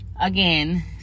again